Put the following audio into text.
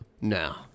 now